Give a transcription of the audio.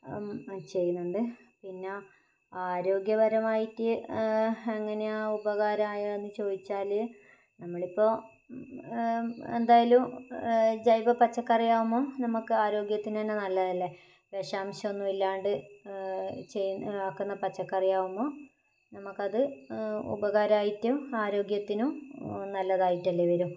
ചെയ്യുന്നുണ്ട് പിന്നെ ആരോഗ്യപരമായിട്ട് എങ്ങനെയാണ് ഉപകരായോന്ന് ചോദിച്ചാൽ നമ്മളിപ്പോൾ എന്തായാലും ജൈവ പച്ചക്കറിയാകുമ്പം നമുക്ക് ആരോഗ്യത്തിന് തന്നെ നല്ലതല്ലേ വിഷംശോന്നുമില്ലാണ്ട് ചെയ്യുന്ന ആക്കുന്ന പച്ചക്കറിയാകുമ്പോൾ നമുക്കത് ഉപകാരമായിട്ടും ആരോഗ്യത്തിനും നല്ലതായിട്ടല്ലേ വരൂ